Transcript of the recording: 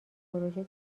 پروژه